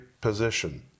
position